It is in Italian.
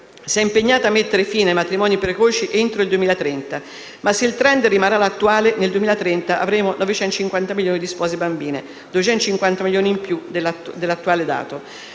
si è impegnata a mettere fine ai matrimoni precoci entro il 2030. Se però il *trend* rimarrà quello attuale, nel 2030 avremo 950 milioni di spose bambine; 250 milioni in più dell'attuale dato.